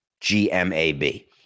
G-M-A-B